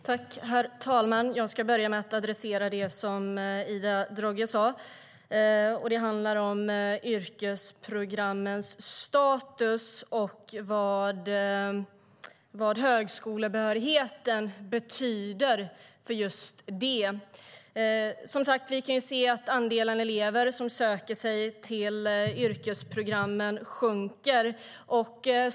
Herr talman! Jag ska börja med att adressera det som Ida Drougge sa. Det handlar om yrkesprogrammens status och vad högskolebehörigheten betyder för just denna. Vi kan som sagt se att andelen elever som söker sig till yrkesprogrammen sjunker.